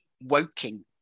Woking